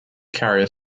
carrier